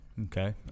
okay